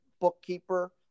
bookkeeper